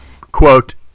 Quote